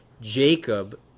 Jacob